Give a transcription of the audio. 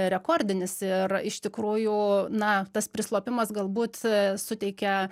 rekordinis ir iš tikrųjų na tas prislopimas galbūt suteikia